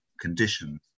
conditions